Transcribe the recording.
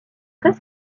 très